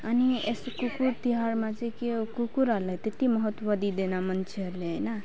अनि यस्तो कुकुर तिहारमा चाहिँ के कुकुरहरूलाई त्यति महत्त्व दिँदैन मान्छेहरूले होइन